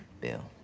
bill